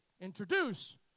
introduce